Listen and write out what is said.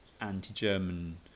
anti-German